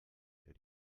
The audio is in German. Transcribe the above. der